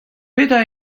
petra